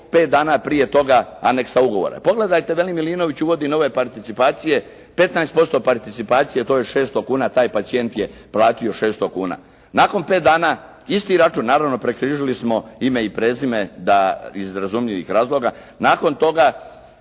5 dana prije toga aneksa ugovora. Pogledajte da li Milinović uvodi nove participacije. 15% participacije. To je 600 kuna. Taj pacijent je platio 600 kuna. Nakon 5 dana isti račun naravno prekrižili smo ime i prezime da iz razumljivih razloga. Nakon toga